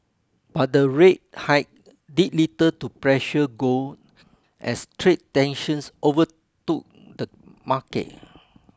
but the rate hike did little to pressure gold as trade tensions overtook the market